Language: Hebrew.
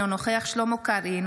אינו נוכח שלמה קרעי,